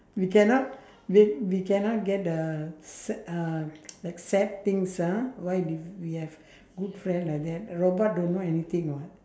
we cannot we we cannot get the sad uh like sad things ah why did we have good friend like that a robot don't know anything [what]